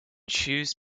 choose